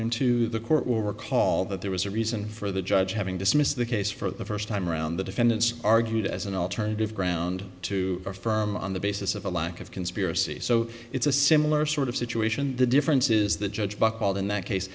into the court will recall that there was a reason for the judge having dismissed the case for the first time around the defendants argued as an alternative ground to affirm on the basis of a lack of conspiracy so it's a similar sort of situation the difference is the judge buchwald in that case